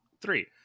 three